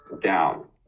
down